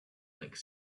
like